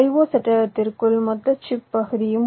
சட்டகத்திற்குள் மொத்த சிப் பகுதி உள்ளது